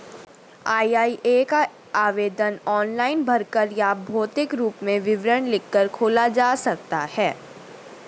EIA का आवेदन online भरकर या भौतिक रूप में विवरण लिखकर खोला जा सकता है